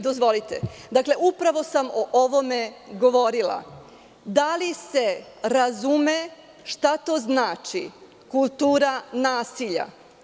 Dozvolite, upravo sam o tome govorila da li se razume šta to znači kultura nasilja?